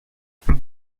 pro